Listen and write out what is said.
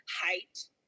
height